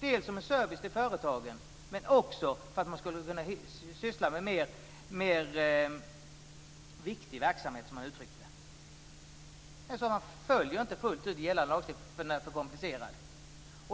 Det gjorde man dels som en service till företagen, dels för att man skulle kunna syssla med mer viktig verksamhet, som man uttryckte det. Man följer inte fullt ut gällande lagstiftning därför att den är för komplicerad.